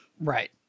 Right